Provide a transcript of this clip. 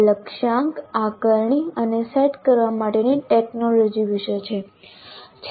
આ લક્ષ્યાંક આકારણી અને સેટ કરવા માટેની ટેકનોલોજી વિશે છે